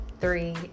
three